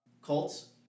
Colts